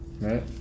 Right